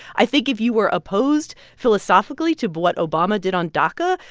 i think if you were opposed philosophically to what obama did on daca,